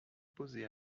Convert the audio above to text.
opposé